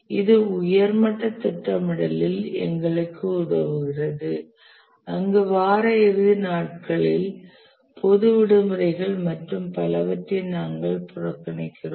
இது உயர் மட்ட திட்டமிடலில் எங்களுக்கு உதவுகிறது அங்கு வார இறுதி நாட்களில் பொது விடுமுறைகள் மற்றும் பலவற்றை நாங்கள் புறக்கணிக்கிறோம்